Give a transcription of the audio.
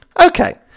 Okay